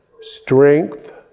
strength